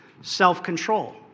Self-control